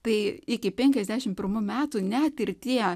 tai iki penkiasdešimt pirmų metų net ir tie